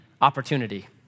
opportunity